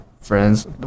friends